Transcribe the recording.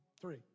three